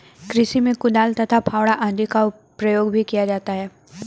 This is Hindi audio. कृषि में कुदाल तथा फावड़ा आदि का प्रयोग भी किया जाता है